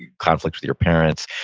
conflicts with your parents,